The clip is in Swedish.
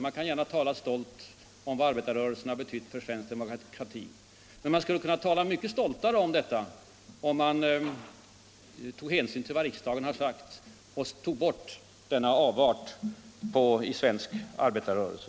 Man talar gärna med stolthet om vad arbetarrörelsen har betytt för svensk demokrati, men man skulle kunna tala med ännu större stolthet, om man tog hänsyn till vad riksdagen har sagt och om man tog bort denna odemokratiska företeelse i svensk arbetarrörelse.